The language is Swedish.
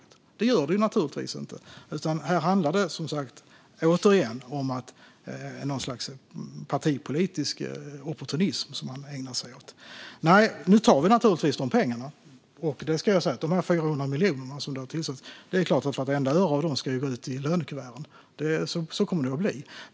Det gör det naturligtvis inte, utan här handlar det som sagt om något slags partipolitisk opportunism som han ägnar sig åt. Det är klart att vartenda öre av de 400 miljoner kronor som har tillförts ska gå ut i lönekuverten. Så kommer det att bli.